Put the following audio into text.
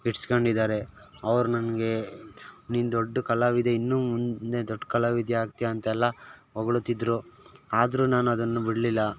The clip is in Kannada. ಇಟ್ಸ್ಕೊಂಡಿದಾರೆ ಅವ್ರು ನನಗೆ ನೀನು ದೊಡ್ಡ ಕಲಾವಿದ ಇನ್ನು ಮುಂದೆ ದೊಡ್ಡ ಕಲಾವಿದ ಆಗ್ತೀಯ ಅಂತೆಲ್ಲ ಹೊಗಳುತಿದ್ದರು ಆದರೂ ನಾನು ಅದನ್ನು ಬಿಡಲಿಲ್ಲ